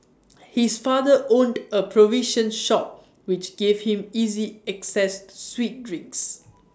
his father owned A provision shop which gave him easy access to sweet drinks